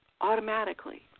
automatically